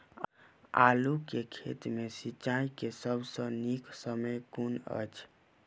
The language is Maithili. आलु केँ खेत मे सिंचाई केँ सबसँ नीक समय कुन अछि?